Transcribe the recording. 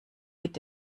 mit